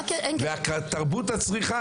ותרבות הצריכה,